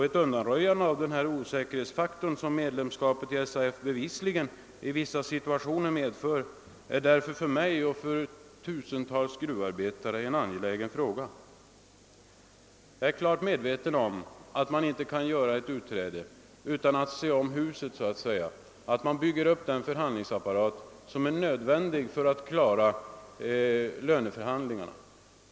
Ett undanröjande av den osäkerhetsfaktor som medlemskapet i SAF bevisligen i vissa situationer medför är därför för mig och för tusentals gruvarbetare en angelägen fråga. Jag är klart medveten om att man inte kan utträda ur SAF utan att först så att säga se om sitt hus — man måste bygga upp den förhandlingsapparat som är nödvändig för löneförhandlingarna.